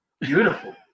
beautiful